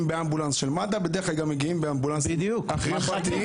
באמבולנס של מד"א אלא מגיעים באמבולנסים פרטיים,